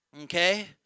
Okay